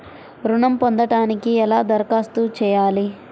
ఋణం పొందటానికి ఎలా దరఖాస్తు చేయాలి?